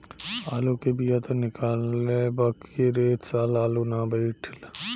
आलू के बिया त निकलल रहे बाकिर ए साल आलू ना बइठल